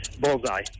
Bullseye